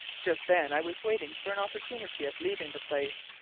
just then i was waiting for an opportunity of leaving the place,